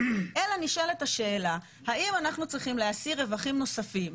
אלא נשאלת השאלה האם אנחנו צריכים להשיא רווחים נוספים